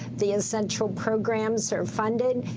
the and central programs are funded.